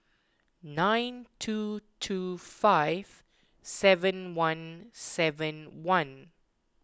nine two two five seven one seven one